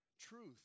Truth